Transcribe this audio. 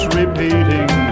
repeating